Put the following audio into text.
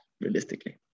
realistically